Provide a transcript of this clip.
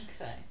Okay